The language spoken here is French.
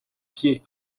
pied